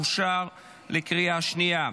אושר בקריאה השנייה.